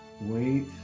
wait